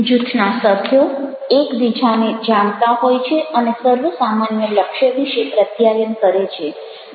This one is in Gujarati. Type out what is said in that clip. જૂથના સભ્યો એકબીજાને જાણતા હોય છે અને સર્વસામાન્ય લક્ષ્ય વિશે પ્રત્યાયન કરે છે